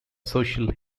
social